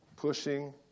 pushing